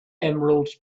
emerald